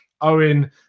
Owen